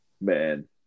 Man